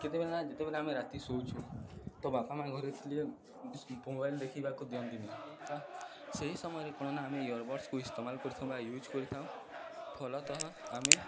କେତେବେଲେ ନା ଯେତେବେଲେ ଆମେ ରାତି ଶୋଉଛୁ ତ ବାପା ମାଆ ଘରେ ଥିଲେ ମୋବାଇଲ୍ ଦେଖିବାକୁ ଦିଅନ୍ତିନି ତ ସେହି ସମୟରେ କ'ଣ ନା ଆମେ ଇୟରବଡ଼୍ସକୁ ଇସ୍ତମାଲ କରିଥାଉ ବା ୟୁଜ୍ କରିଥାଉ ଫଲତଃ ଆମେ